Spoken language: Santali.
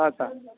ᱟᱪᱪᱷᱟ